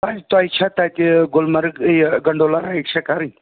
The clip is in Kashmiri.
تۅہہِ تۅہہِ چھا تَتہِ گُلمَرگ یہِ گَنٛڈولا رایِڈ چھا کَرٕنۍ